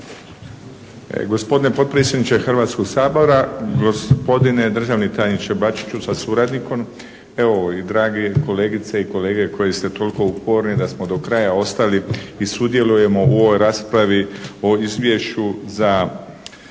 Gospodine potpredsjedniče Hrvatskoga sabora, gospodine državni tajniče Bačiću sa suradnikom. Evo i dragi kolegice i kolege koliko ste toliko uporni da smo do kraja ostali i sudjelujemo u ovoj raspravi o Izvješću o